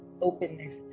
openness